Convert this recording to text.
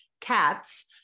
cats